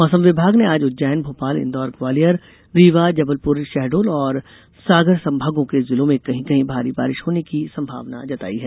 मौसम वैभाग ने आज उज्जैन भोपाल इंदौर ग्वालियर रीवा जबलपुर शहडोल और सागर संमागों के जिलों में कहीं कहीं भारी बारिश होने की संभावना जताई है